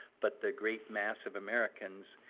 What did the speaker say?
but the great mass of americans,